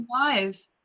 alive